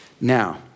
Now